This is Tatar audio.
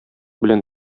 белән